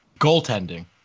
Goaltending